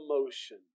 emotion